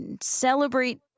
celebrate